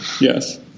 Yes